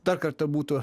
dar kartą būtų